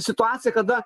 situacija kada